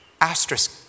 asterisk